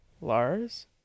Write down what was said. Lars